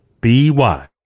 B-Y